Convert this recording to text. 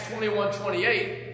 21-28